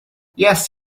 yes